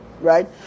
Right